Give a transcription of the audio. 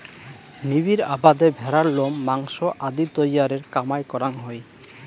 নিবিড় আবাদে ভ্যাড়ার লোম, মাংস আদি তৈয়ারের কামাই করাং হই